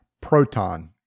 proton